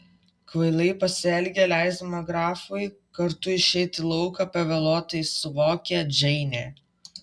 kvailai pasielgė leisdama grafui kartu išeiti į lauką pavėluotai suvokė džeinė